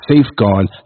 safeguard